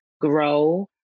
grow